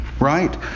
right